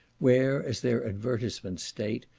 where, as their advertisements state,